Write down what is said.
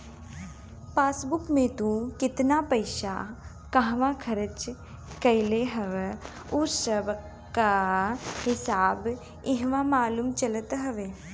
passbook में तू केतना पईसा कहवा खरच कईले हव उ सबकअ हिसाब इहवा मालूम चलत हवे